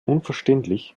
unverständlich